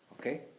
Okay